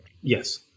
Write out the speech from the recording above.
Yes